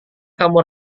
kamu